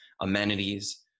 amenities